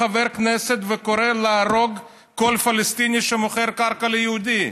חבר כנסת וקורא להרוג כל פלסטיני שמוכר קרקע ליהודים.